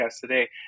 today